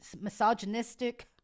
misogynistic